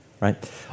right